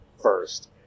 first